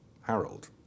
Harold